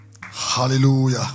Hallelujah